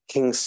King